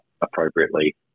appropriately